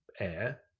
air